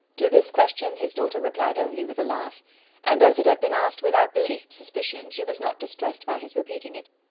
to this question his daughter replied only with a laugh and as it had been asked without the least suspicion, she was not distressed by his repeating it.